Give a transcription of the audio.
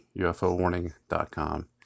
ufowarning.com